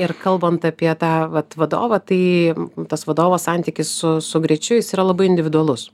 ir kalbant apie tą vat vadovą tai tas vadovo santykis su su greičiu jis yra labai individualus